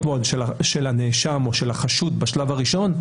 מאוד של הנאשם או של החשוד בשלב הראשון,